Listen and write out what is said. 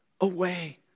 away